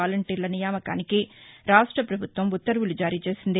వాలంటీర్ల నియామకానికి రాష్ట్రవభుత్వం ఉత్తర్వులు జారీచేసింది